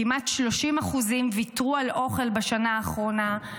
כמעט 30% ויתרו בשנה האחרונה על